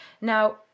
now